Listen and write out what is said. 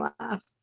laugh